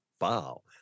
Wow